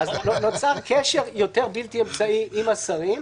-- ונוצר קשר בלתי אמצעי עם השרים.